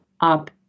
up